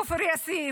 מכפר יאסיף,